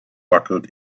buckled